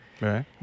Right